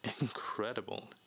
incredible